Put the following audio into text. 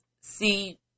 see